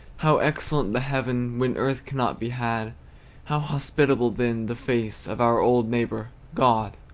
how excellent the heaven, when earth cannot be had how hospitable, then, the face of our old neighbor, god!